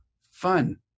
fun